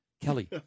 Kelly